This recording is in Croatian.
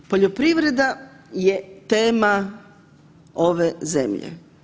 Poljoprivreda je tema ove zemlje.